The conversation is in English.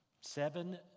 Seven